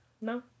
No